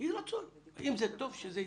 אם זה טוב, יהיה רצון שזה יקרה.